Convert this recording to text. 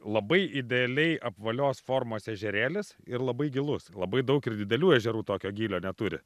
labai idealiai apvalios formos ežerėlis ir labai gilus labai daug ir didelių ežerų tokio gylio neturi